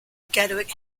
gatwick